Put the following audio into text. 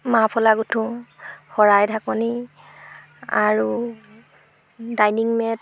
muffler গোঁঠো শৰাই ঢাকনী আৰু ডাইনিং মেট